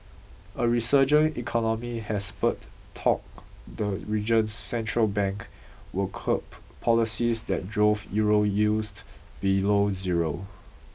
a resurgent economy has spurred talk the region's central bank will curb policies that drove Euro yields below zero